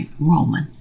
Roman